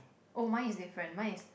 oh mine is different mine is